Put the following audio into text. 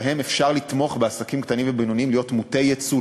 שלפיהם אפשר לתמוך בעסקים קטנים ובינוניים להיות מוטי-יצוא,